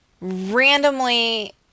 Randomly